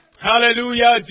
Hallelujah